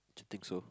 do you think so